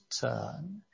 turn